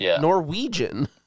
Norwegian